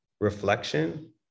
reflection